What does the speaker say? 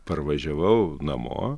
parvažiavau namo